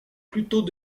plutôt